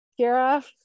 Kira